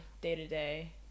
day-to-day